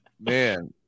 Man